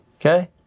okay